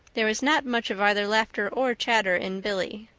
there was not much of either laughter or chatter in billy.